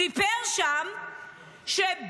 סיפר שם שבן-גוריון,